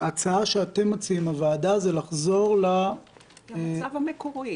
ההצעה שהוועדה מציעה היא לחזור למצב המקורי.